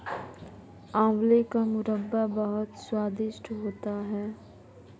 आंवले का मुरब्बा बहुत स्वादिष्ट होता है